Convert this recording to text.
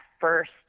first